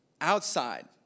outside